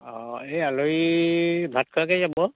অঁ এই আলহী ভাত খোৱাকৈ যাব